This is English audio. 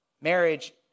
Marriage